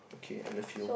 okay I love you